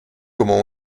comment